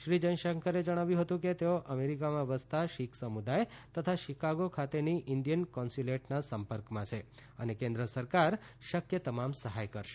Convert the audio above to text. શ્રી જયશંકરે જણાવ્યું હતું કે તેઓ અમેરિકામાં વસતાં શીખ સમુદાય તથા શિકાગો ખાતેની ઇન્ડિયન કોન્સ્યુલેટના સંપર્કમાં છે અને કેન્દ્ર સરકાર શક્ય તમામ સહાય કરશે